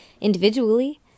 individually